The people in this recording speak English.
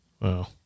Wow